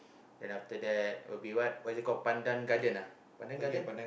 then after that would be what what is it called Pandan Garden ah Pandan Garden